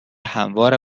هموار